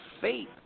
faith